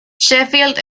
sheffield